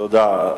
תודה.